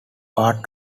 part